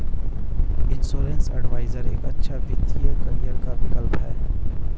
insurance adviser एक अच्छा वित्तीय करियर का विकल्प है